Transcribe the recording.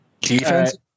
Defense